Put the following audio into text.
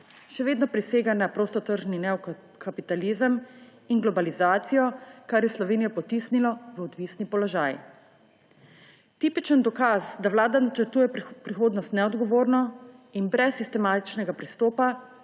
Še vedno prisega na prostotržni neokapitalizem in globalizacijo, kar je Slovenijo potisnilo v odvisen položaj. Tipičen dokaz, da Vlada načrtuje prihodnost neodgovorno in brez sistematičnega pristopa,